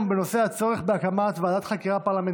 אני קובע כי הצעת חוק עמדות טעינת רכבים חשמליים בתחנות דלק